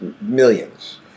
millions